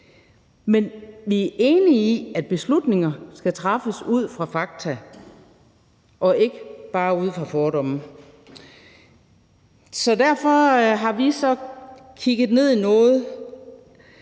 Men vi er enige i, at beslutningerne skal træffes ud fra fakta og ikke bare ud fra fordomme. Så derfor har vi kigget ned i det.